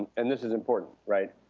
and this is important, right.